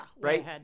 right